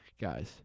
guys